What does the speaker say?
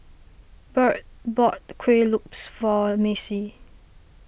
Byrd bought Kueh Lopes for Mace